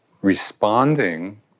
responding